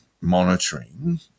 monitoring